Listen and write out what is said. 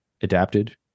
adapted